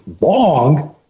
long